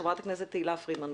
חברת הכנסת תהלה פרידמן,